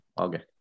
Okay